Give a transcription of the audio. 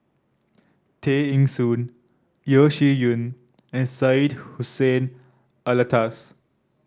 Tay Eng Soon Yeo Shih Yun and Syed Hussein Alatas